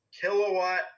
kilowatt